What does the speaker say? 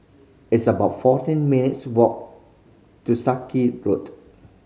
it's about fourteen minutes' walk to Sarky Road